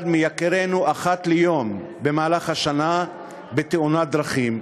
מיקירינו אחת ליום במהלך השנה בתאונת דרכים,